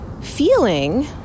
feeling